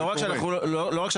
לא רק שאנחנו לא שומעים,